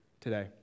today